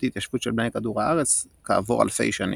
התיישבות של בני כדור הארץ כעבור אלפי שנים.